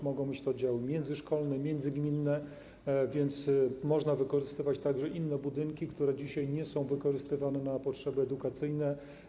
Mogą być to oddziały międzyszkolne, międzygminne, więc można wykorzystywać także inne budynki, które dzisiaj nie są wykorzystywane na potrzeby edukacyjne.